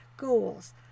goals